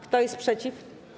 Kto jest przeciw?